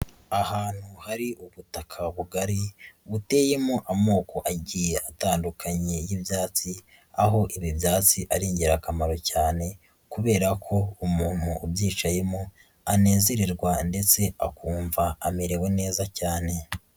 Ahantu hari ubutaka bugari buteyemo amoko agiye atandukanye y'ibyatsi, aho ibi byatsi ari ingirakamaro cyane kubera ko umuntu ubyicayemo anezererwa ndetse akumva amerewe neza cyane.